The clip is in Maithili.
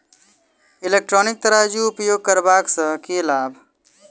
इलेक्ट्रॉनिक तराजू उपयोग करबा सऽ केँ लाभ?